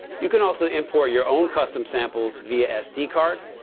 you can also import your own custom samples via sd card.